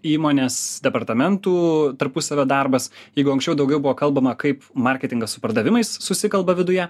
įmonės departamentų tarpusavio darbas jeigu anksčiau daugiau buvo kalbama kaip marketingas su pardavimais susikalba viduje